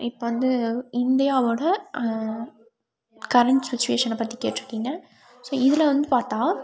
இப்போ வந்து இந்தியாவோட கரண்ட் சுச்சுவேஷன்னை பற்றி கேட்டிருக்கீங்க ஸோ இதில் வந்து பார்த்தா